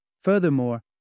Furthermore